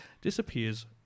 disappears